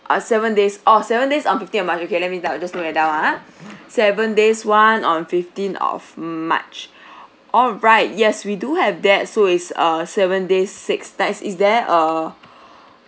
uh seven days oh seven days on fifteenth of march okay let me doub~ just note that down ah seven days [one] on fifteenth of march alright yes we do have that so is uh seven days six nights is there a